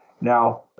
Now